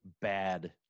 bad